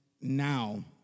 now